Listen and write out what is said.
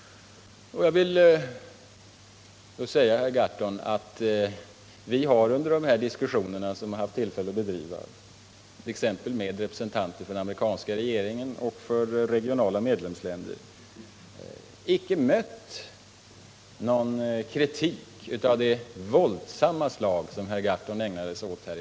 Jag vill i sammanhanget säga till herr Gahrton att vi under de diskussioner vi haft tillfälle att föra, exempelvis med representanter för den amerikanska regeringen och för regionala medlemsländer, icke har mött någon kritik av det våldsamma slag som herr Gahrton ägnade sig åt i våras.